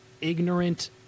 ignorant